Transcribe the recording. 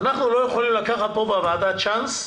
אנחנו לא יכולים לקחת פה בוועדה צ'אנס,